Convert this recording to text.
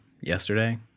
yesterday